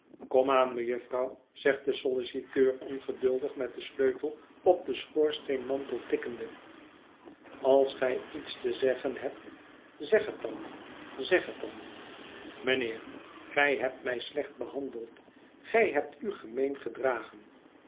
kom aan mejufvrouw zegt de solliciteur ongeduldig met den sleutel op den schoorsteenhet verlaten huis mantel tikkende als gij iets te zeggen hebt zeg het dan zeg het dan mijnheer gij hebt mij slecht behandeld gij hebt u gemeen gedragen